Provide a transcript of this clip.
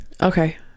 Okay